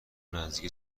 نیز